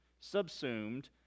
subsumed